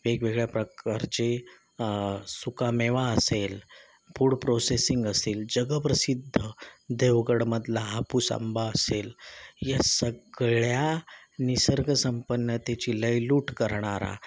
वेगवेगळ्या प्रकारचे सुकामेवा असेल फूड प्रोसेसिंग असेल जगप्रसिद्ध देवगडमधला हापूस आंबा असेल या सगळ्या निसर्गसंपन्नतेची लयलूट करणारा